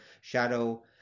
shadow